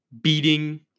beating